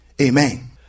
amen